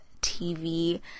TV